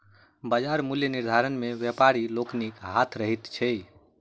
बाजार मूल्य निर्धारण मे व्यापारी लोकनिक हाथ रहैत छै